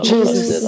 Jesus